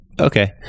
Okay